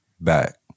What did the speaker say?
back